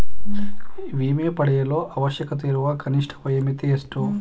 ವಿಮೆ ಪಡೆಯಲು ಅವಶ್ಯಕತೆಯಿರುವ ಕನಿಷ್ಠ ವಯೋಮಿತಿ ಎಷ್ಟು?